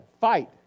fight